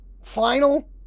Final